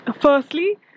Firstly